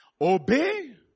Obey